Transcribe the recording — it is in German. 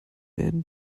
werden